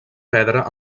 pedra